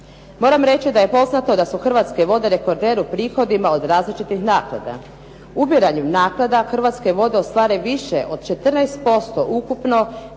Moram reći da je poznato da su Hrvatske vode rekorder u prihodima od različitih naknada, ubiranjem naknada Hrvatske vode ostvare više od 14% ukupno